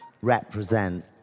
represent